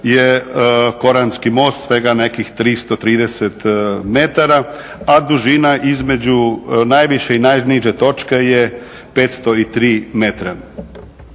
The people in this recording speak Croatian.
je Koranski most svega nekih 330m, a dužina između najviše i najniže točke je 503m.